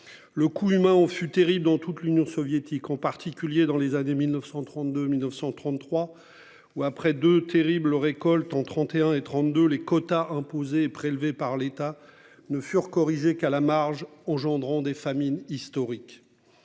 Le coût humain on fut terribles dans toute l'Union soviétique, en particulier dans les années 1932 1933. Ou après de terribles récoltant 31 et 32, les quotas imposés prélevées par l'État ne furent corriger qu'à la marge. Oh Gendron des familles historiques.